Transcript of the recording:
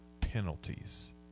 penalties